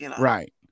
right